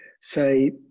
say